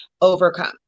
overcome